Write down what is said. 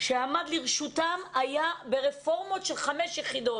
שעמד לרשותם היה ברפורמות של חמש יחידות,